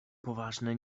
poważne